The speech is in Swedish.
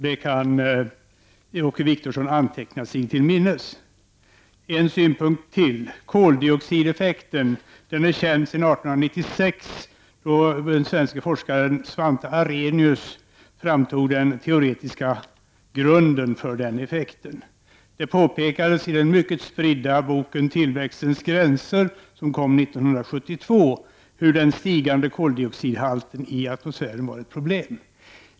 Det kan Åke Wictorsson anteckna. Koldioxideffekten har varit känd sedan 1896, då den svenske forskaren Svante Arrhenius framtog den teoretiska grunden för effekten. Det påpekades i den mycket spridda boken ”Tillväxtens gränser”, som kom 1972, hur den stigande koldioxidhalten i atmosfären var ett problem.